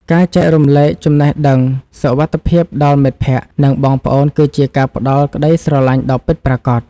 ការចែករំលែកចំណេះដឹងសុវត្ថិភាពដល់មិត្តភក្តិ និងបងប្អូនគឺជាការផ្តល់ក្តីស្រឡាញ់ដ៏ពិតប្រាកដ។